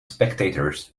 spectators